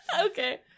Okay